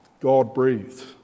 God-breathed